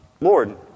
Lord